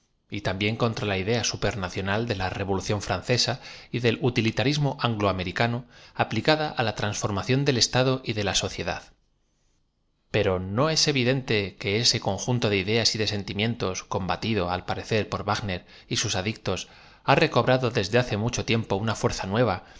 y también contra la idea supernacional de la r e volución francesa y del utilitarismo anglo americano aplicada á la transformación del estado y de la sociedad pero no es evidente que ese conjunto de ideas y de sentimientos combatido al parecer por w agn er y sus adictos ha recobrado desde hace mucho tiempo una fuerza nueva